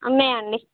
ఉన్నాయండి